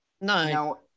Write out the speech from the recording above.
no